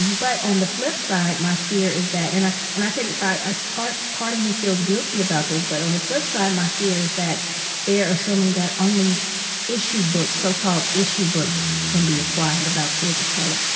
but on the flip side, my fear is that and i and i take i so part part of me feels guilty about this but on the flip side, my fear is that they're assuming that only issue books, so-called issue books, can be acquired about kids of color.